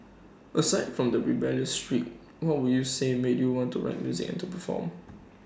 aside from the rebellious streak what would you say made you want to write music and to perform